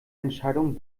entscheidung